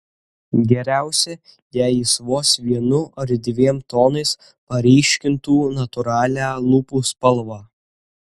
geriausia jei jis vos vienu ar dviem tonais paryškintų natūralią lūpų spalvą